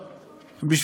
איציק.